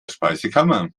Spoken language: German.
speisekammer